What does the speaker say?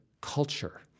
culture